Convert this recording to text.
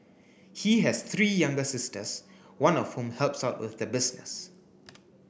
he has three younger sisters one of whom helps out with the business